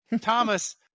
Thomas